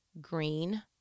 green